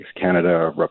Canada